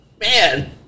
Man